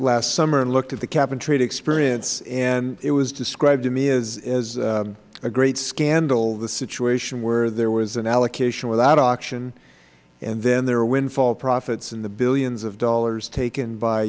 last summer and looked at the cap and trade experience and it was described to me as a great scandal the situation where there was an allocation without auction and then there are windfall profits in the billions of dollars taken by